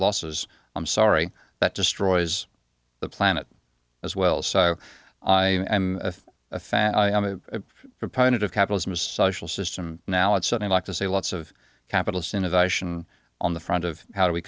losses i'm sorry that destroys the planet as well so i'm a fan i am a proponent of capitalism is social system now is something like to say lots of capitalist innovation on the front of how do we